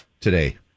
today